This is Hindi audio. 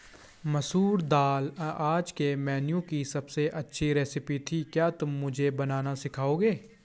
मसूर दाल आज के मेनू की अबसे अच्छी रेसिपी थी क्या तुम मुझे बनाना सिखाओंगे?